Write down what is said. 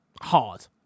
hard